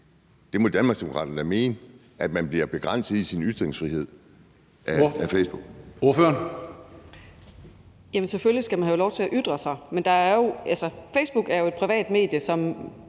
Det er da et demokratisk problem, at man bliver begrænset i sin ytringsfrihed af Facebook.